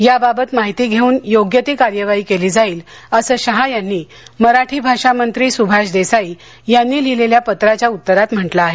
या बाबत माहिती घेऊन योग्य ती कार्यवाही केली जाईल असं शहा यांनी मराठी भाषा मंत्री सुभाष देसाई यांनी लिहिलेल्या पत्राच्या उत्तरात म्हंटलं आहे